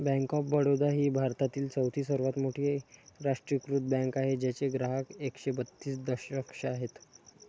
bank of Baroda ही भारतातील चौथी सर्वात मोठी राष्ट्रीयीकृत बँक आहे ज्याचे ग्राहक एकशे बत्तीस दशलक्ष आहेत